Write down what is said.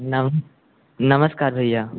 नम नमस्कार भैया